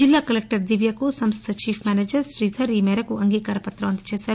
జిల్లా కలెక్టర్ దివ్యకు సంస్ట చీఫ్ మేనేజర్ శ్రీధర్ ఈ మేరకు అంగీకారపుతం అందచేశారు